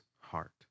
heart